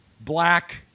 black